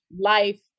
life